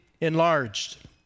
enlarged